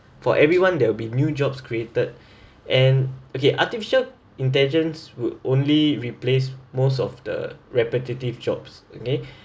for everyone there will be new jobs created and okay artificial intelligence would only replace most of the repetitive jobs okay